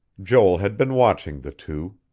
joel had been watching the two.